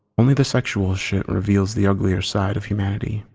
only the sexual shit reveals the uglier side of humanity,